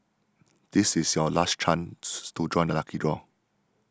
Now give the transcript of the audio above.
this is your last chance to join the lucky draw